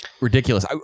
ridiculous